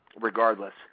Regardless